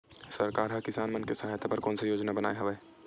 सरकार हा किसान मन के सहायता बर कोन सा योजना बनाए हवाये?